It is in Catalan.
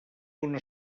una